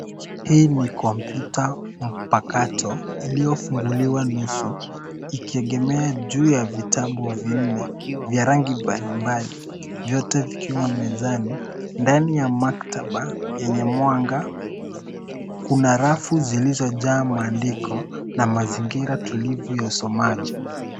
Hii ni kompyuta mpakato iliyofunguliwa nusu ikiegemea juu ya vitabu vinne vya rangi mbalimbali vyote vikiwa mezani. Ndani ya maktaba yenye mwanga kuna rafu zilizojaa maandiko na mazingira tulivu ya usomaji.